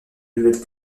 nouvelles